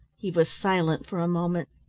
he was silent for a moment.